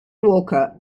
walker